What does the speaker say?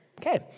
Okay